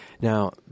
Now